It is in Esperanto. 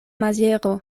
maziero